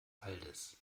waldes